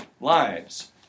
lives